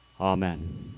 Amen